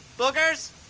boogers?